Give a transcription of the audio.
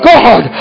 God